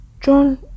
John